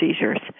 seizures